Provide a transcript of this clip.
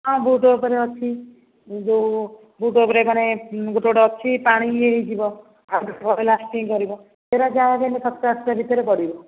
ହଁ ବୁଟ୍ ଉପରେ ଅଛି ଯୋଉ ବୁଟ୍ ଉପରେ ମାନେ ଗୁଟେ ଗୁଟେ ଅଛି ପାଣି ହେଇଯିବ ଆଉ ଭଲ ଲାଷ୍ଟିଙ୍ଗ୍ କରିବ ସେଟା ଯାହାହେଲେ ବି ହେଲେ ସାତଶହ ଆଠଶହ ଭିତରେ ପଡ଼ିବ